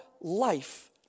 life